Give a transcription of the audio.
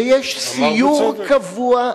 ויש סיור קבוע.